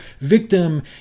victim